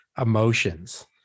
emotions